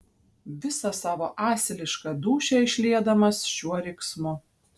visą savo asilišką dūšią išliedamas šiuo riksmu